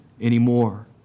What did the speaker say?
anymore